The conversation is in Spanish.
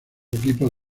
equipos